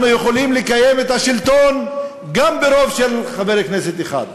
אנחנו יכולים לקיים את השלטון גם ברוב של חבר כנסת אחד.